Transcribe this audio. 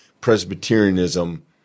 Presbyterianism